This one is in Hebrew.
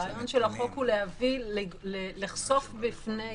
הרעיון של החוק הוא לחשוף אופציות נוספות בפני